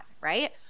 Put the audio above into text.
right